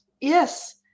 yes